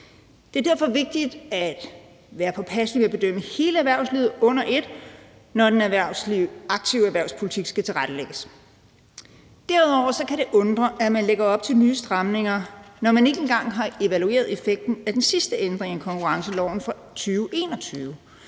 Det er derfor vigtigt at være påpasselig med at bedømme hele erhvervslivet under ét, når den aktive erhvervspolitik skal tilrettelægges. Derudover kan det undre, at man lægger op til nye stramninger, når man ikke engang har evalueret effekten af den sidste ændring af konkurrenceloven fra 2021.